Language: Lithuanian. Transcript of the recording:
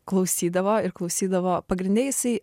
klausydavo ir klausydavo pagrinde jisai